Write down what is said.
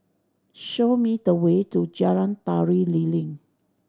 show me the way to Jalan Tari Lilin